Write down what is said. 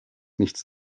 nichts